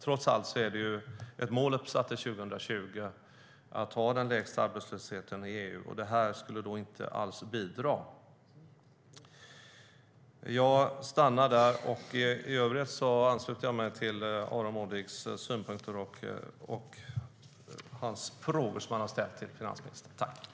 Trots allt är det ju ett mål uppsatt till 2020 om att ha den lägsta arbetslösheten i EU. Det här skulle inte alls bidra. Jag stannar där. I övrigt ansluter jag mig till Aron Modigs synpunkter och de frågor som han har ställt till finansministern.